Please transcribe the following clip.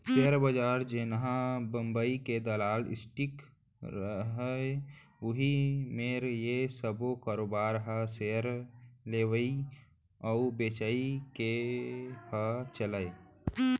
share बजार जेनहा बंबई के दलाल स्टीक रहय उही मेर ये सब्बो कारोबार ह सेयर लेवई अउ बेचई के ह चलय